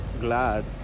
glad